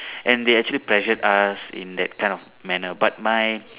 and they actually pressured us in that kind of manner but my